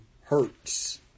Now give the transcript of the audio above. Hurts